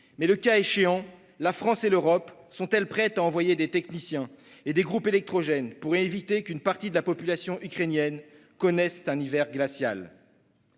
mais le cas échéant, la France et l'Europe sont-elles prêtes à envoyer des techniciens et des groupes électrogènes afin d'éviter qu'une partie de la population ukrainienne ne connaisse un hiver glacial ?